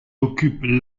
occupent